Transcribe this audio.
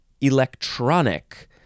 electronic